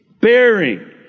bearing